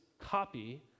copy